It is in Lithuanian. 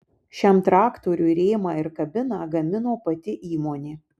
šiam traktoriui rėmą ir kabiną gamino pati įmonė